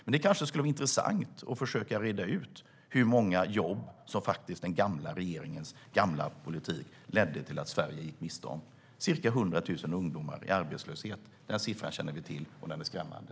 Men det kanske skulle vara intressant att försöka reda ut hur många jobb som den gamla regeringens gamla politik ledde till att Sverige gick miste om. Ca 100 000 ungdomar i arbetslöshet - den siffran känner vi till, och den är skrämmande.